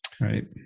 right